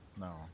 no